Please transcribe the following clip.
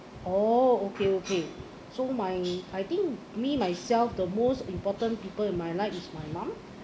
oh okay okay so my I think me myself the most important people in my life is my mum